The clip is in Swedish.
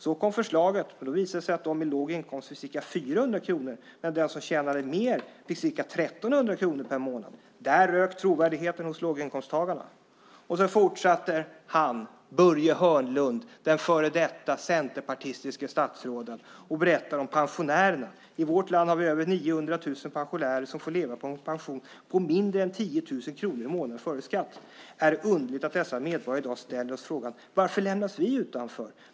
Så kom förslaget, och då visade det sig att de med låg inkomst fick ca 400 kronor, medan den som tjänade mer fick ca 1 300 kronor per månad. Där rök trovärdigheten hos låginkomsttagarna. Sedan fortsätter han, Börje Hörnlund, det före detta centerpartistiska statsrådet, och berättar om pensionärerna: I vårt land har vi över 900 000 pensionärer som får leva på en pension på mindre än 10 000 kronor i månaden före skatt. Är det underligt att dessa medborgare i dag ställer frågan: Varför lämnas vi utanför?